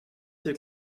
dir